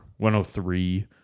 103